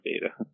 data